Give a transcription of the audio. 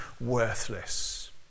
worthless